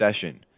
session